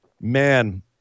man